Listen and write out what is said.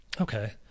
Okay